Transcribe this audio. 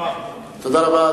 תודה רבה,